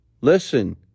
Listen